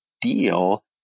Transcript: deal